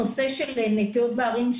הנושא נטיעות בערים,